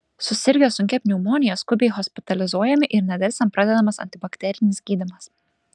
susirgę sunkia pneumonija skubiai hospitalizuojami ir nedelsiant pradedamas antibakterinis gydymas